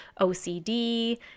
OCD